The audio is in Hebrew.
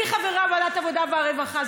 אני חברה בוועדת העבודה והרווחה.